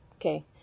Okay